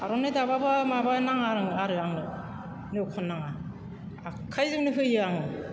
आर'नाइ दाब्लाबो माबा नाङा आरो आंनो नेवखन नाङा आखाइजोंनो होयो आङो